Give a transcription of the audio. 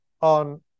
on